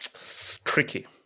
Tricky